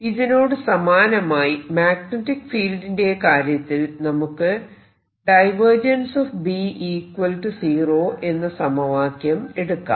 ഇതിനോട് സമാനമായി മാഗ്നെറ്റിക് ഫീൽഡിന്റെ കാര്യത്തിൽ നമുക്ക് എന്ന സമവാക്യം എടുക്കാം